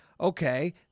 Okay